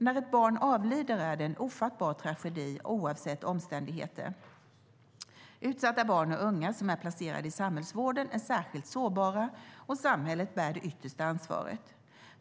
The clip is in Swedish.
När ett barn avlider är det en ofattbar tragedi oavsett omständigheter. Utsatta barn och unga som är placerade i samhällsvården är särskilt sårbara. Samhället bär det yttersta ansvaret.